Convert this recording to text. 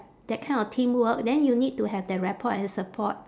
that kind of teamwork then you need to have the rapport and support